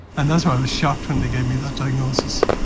and that's why i was shocked when they gave me that diagnosis.